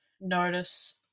notice